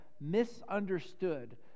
misunderstood